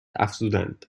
افزودند